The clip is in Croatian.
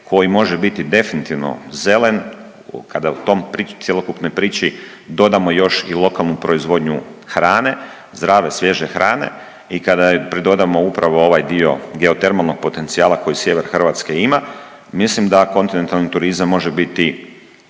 koji može biti definitivno zelen. Kada u tom, cjelokupnoj priči dodamo još i lokalnu proizvodnju hrane, zdrave svježe hrane i kada joj pridodamo upravo ovaj dio geotermalnog potencijala koji sjever Hrvatske ima mislim da kontinentalni turizma može biti